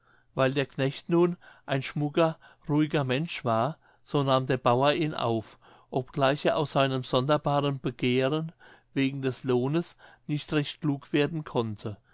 weil der knecht nun ein schmucker rühriger mensch war so nahm der bauer ihn auf obgleich er aus dem sonderbaren begehren wegen des lohnes nicht recht klug werden konnte